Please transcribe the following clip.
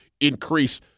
increase